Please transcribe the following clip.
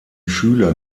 schüler